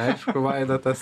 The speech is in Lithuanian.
aišku vaidotas